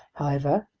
however,